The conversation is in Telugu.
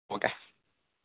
ఉంటాను